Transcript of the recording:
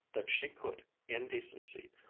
that she could, in decency,